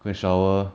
go and shower